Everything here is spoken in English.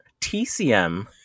TCM